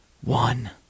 one